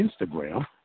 Instagram